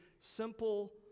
simple